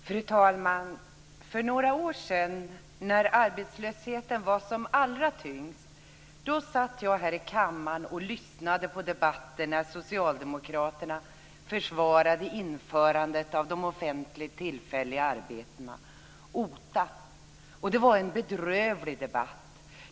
Fru talman! För några år sedan, när arbetslösheten var som allra tyngst, satt jag här i kammaren och lyssnade på debatten när socialdemokraterna försvarade införandet av de offentliga tillfälliga arbetena för äldre arbetslösa, OTA. Det var en bedrövlig debatt.